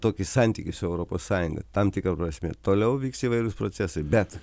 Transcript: tokį santykį su europos sąjunga tam tikra prasme toliau vyks įvairūs procesai bet